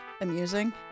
amusing